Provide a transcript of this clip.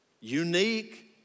unique